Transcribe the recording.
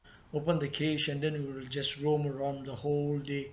open the cage and then it will just roam around the whole day